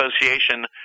Association